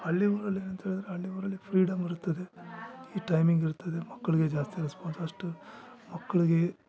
ಹಳ್ಳಿ ಊರಲ್ಲಿ ಏನು ಅಂತ ಹೇಳಿದರೆ ಹಳ್ಳಿ ಊರಲ್ಲಿ ಫ್ರೀಡಂ ಇರುತ್ತದೆ ಈ ಟೈಮಿಂಗ್ ಇರ್ತದೆ ಮಕ್ಕಳಿಗೆ ಜಾಸ್ತಿ ರೆಸ್ಪಾನ್ಸ್ ಅಷ್ಟು ಮಕ್ಕಳಿಗೆ